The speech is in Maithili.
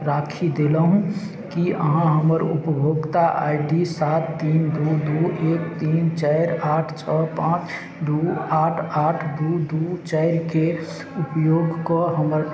राखि देलहुँ कि अहाँ हमर उपभोक्ता आइ डी सात तीन दुइ दुइ एक तीन चारि आठ छओ पाँच दुइ आठ आठ दुइ दुइ चारिके उपयोग कऽ हमर